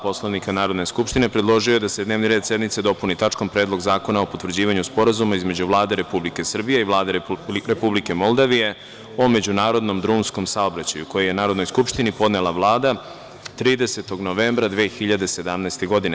Poslovnika Narodne skupštine, predložio je da se dnevni red sednice dopuni tačkom – Predlog zakona o potvrđivanju Sporazuma između Vlade Republike Srbije i Vlade Republike Moldavije o međunarodnom drumskom saobraćaju, koji je Narodnoj skupštini podnela Vlada, 30. novembra 2017. godine.